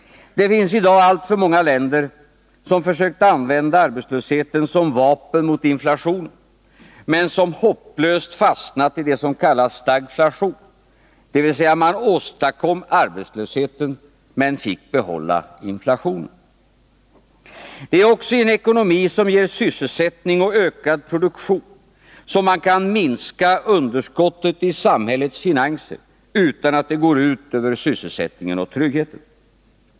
Det finns i dag alltför många länder som försökt använda arbetslösheten som vapen mot inflationen men som hopplöst fastnat i det som kallas stagflation, dvs. man åstadkom arbetslösheten men fick behålla inflationen. Det är också i en ekonomi som ger sysselsättning och ökad produktion som man kan minska underskottet i samhällets finanser utan att det går ut över sysselsättningen och tryggheten.